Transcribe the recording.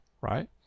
right